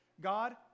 God